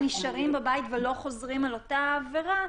נשארים בבית ולא חוזרים על אותה העבירה,